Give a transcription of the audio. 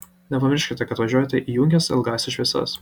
nepamirškite kad važiuojate įjungęs ilgąsias šviesas